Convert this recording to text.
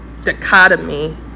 dichotomy